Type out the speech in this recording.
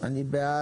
מי נגד?